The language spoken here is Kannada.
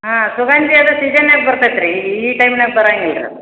ಹಾಂ ಸುಗಂಧಿ ಅದು ಸೀಸನ್ಯಾಗ ಬರ್ತತೆ ರೀ ಈ ಟೈಮಿನ್ಯಾಗೆ ಬರಂಗಿಲ್ಲ ರೀ ಅದು